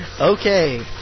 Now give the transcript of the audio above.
Okay